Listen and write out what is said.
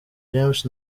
james